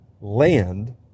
land